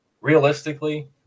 Realistically